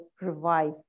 revive